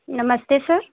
नमस्ते सर